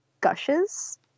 gushes